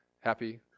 Happy